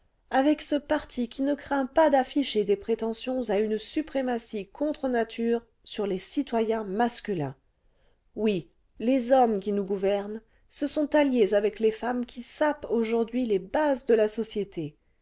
avec ce parti qui ne craint pas d'afficher des prétentions à une suprématie contre nature sur les citoyens masculins oui les hommes qui nous gouvernent se sont alliés avec les femmes qui sapent aujourd'hui les bases cle la société